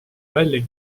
välja